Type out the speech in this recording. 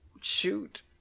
shoot